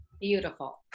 Beautiful